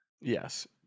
Yes